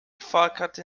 fahrkarte